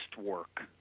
work